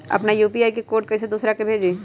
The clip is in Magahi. अपना यू.पी.आई के कोड कईसे दूसरा के भेजी?